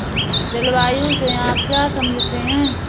जलवायु से आप क्या समझते हैं?